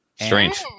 strange